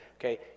Okay